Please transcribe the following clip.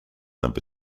number